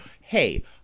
hey